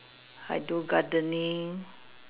I do gardening